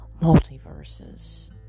multiverses